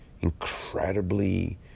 incredibly